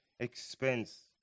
Expense